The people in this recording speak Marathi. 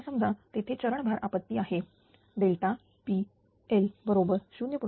आता समजा तेथे चरण भार आपत्ती आहे pI बरोबर 0